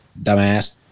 dumbass